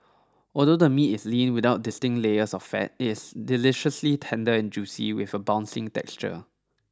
although the meat is lean without distinct layers of fat it's deliciously tender and juicy with a bouncing texture